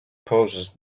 poses